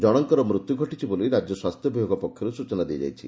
ଜଶଙ୍କର ମୃତ୍ୟୁ ଘଟିଛି ବୋଲି ରାଜ୍ୟ ସ୍ୱାସ୍ଥ୍ୟ ବିଭାଗ ପକ୍ଷରୁ ସୂଚନା ଦିଆଯାଇଛି